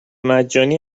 مجانی